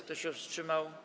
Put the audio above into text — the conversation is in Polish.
Kto się wstrzymał?